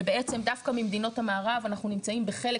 ובעצם דווקא ממדינות המערב אנחנו נמצאים בחלק